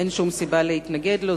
אין שום סיבה להתנגד לו,